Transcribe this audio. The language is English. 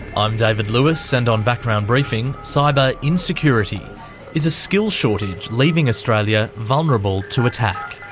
i'm david lewis, and on background briefing, cyber insecurity is a skills shortage leaving australia vulnerable to attack?